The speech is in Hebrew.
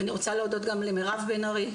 ואני רוצה להודות גם למירב בן ארי,